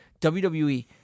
WWE